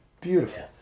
beautiful